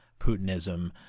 Putinism